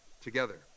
together